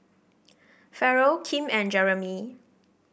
Ferrell Kim and Jeremey